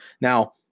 Now